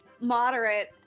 moderate